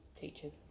teachers